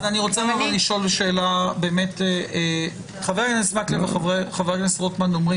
אני רוצה לשאול שאלה חבר הכנסת מקלב וחבר הכנסת רוטמן אומרים